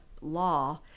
law